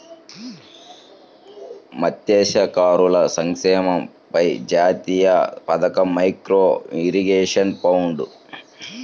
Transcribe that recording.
మత్స్యకారుల సంక్షేమంపై జాతీయ పథకం, మైక్రో ఇరిగేషన్ ఫండ్